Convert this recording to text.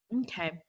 Okay